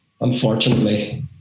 unfortunately